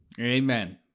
Amen